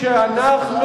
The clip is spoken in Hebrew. כשאנחנו,